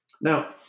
Now